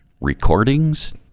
recordings